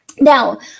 Now